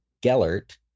Gellert